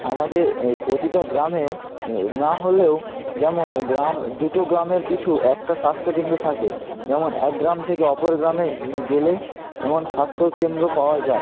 আমাদের প্রতিটা গ্রামে নাহলেও যেমন গ্রাম দুটো গ্রামের পিছু একটা স্বাস্থ্যকেন্দ থাকে যেমন এক গ্রাম থেকে অপর গ্রামে গেলে যেমন স্বাস্থ্যকেন্দ্র পাওয়া যায়